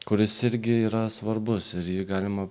kuris irgi yra svarbus ir jį galima